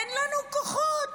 אין לנו כוחות.